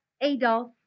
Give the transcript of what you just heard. Adolf